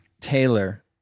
Taylor